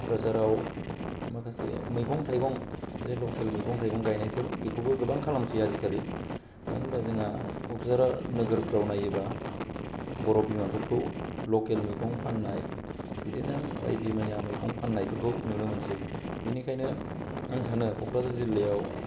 कक्राझाराव माखासे मैगं थाइगं जे लखेल मैगं थायगं गायनायफोर बिखौबो गोबां खालामसै आजिखालि मानो होनबा जोंना कक्राझार नोगोरफोराव नायोबा बर' बिमाफोरखौ लकेल मैगं फाननाय बिदिनो बायदि मैया मैगं फाननायफोरखौ नुनो मोनसै बेनिखायनो आं सानो कक्राझार जिल्लायाव